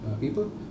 people